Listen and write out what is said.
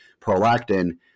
Prolactin